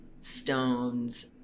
stones